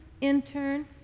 intern